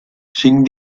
cinc